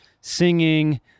singing